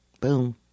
Boom